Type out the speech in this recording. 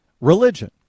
religion